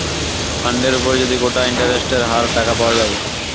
ফান্ডের উপর যদি কোটা ইন্টারেস্টের হার টাকা পাওয়া যায়